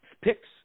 picks